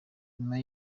nyuma